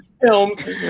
films